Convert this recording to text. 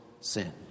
sin